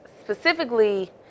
specifically